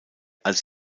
als